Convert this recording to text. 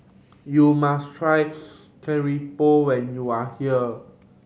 you must try keropok when you are here